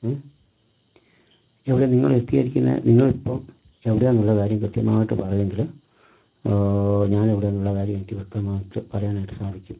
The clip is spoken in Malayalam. മ് എവിടെ നിങ്ങള് എത്തിയിരിക്കുന്നത് നിങ്ങളിപ്പം എവിടെയാണെന്നുള്ള കാര്യം കൃത്യമായിട്ട് പറയുവെങ്കില് ഞാൻ എവിടെയാണെന്നുള്ള കാര്യം എനിക്ക് വ്യക്തമായിട്ട് പറയാനായിട്ട് സാധിക്കും നിങ്ങൾ ഇപ്പം എവിടെ ആണ്